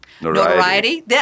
Notoriety